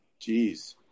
Jeez